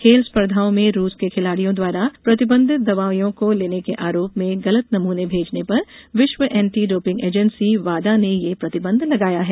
खेल स्पर्धाओं में रूस के खिलाड़ियों द्वारा प्रतिबंधित दवाइयां को लेने के आरोप में गलत नमूने भेजने पर विश्व एंटी डोपिंग एजेंसी वाडा ने ये प्रतिबंध लगाया है